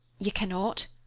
you cannot,